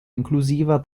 inclusiva